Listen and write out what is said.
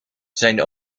zijn